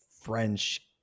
French